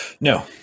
No